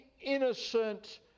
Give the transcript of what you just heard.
innocent